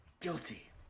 guilty